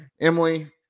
Emily